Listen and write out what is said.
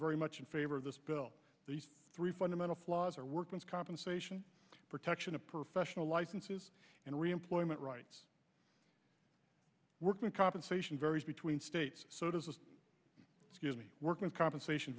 very much in favor of this bill these three fundamental flaws are workman's compensation protection of professional licenses and reemployment rights workman's compensation varies between states so does this give me workman's compensation